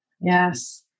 yes